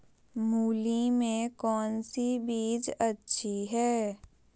मूली में कौन सी बीज अच्छी है?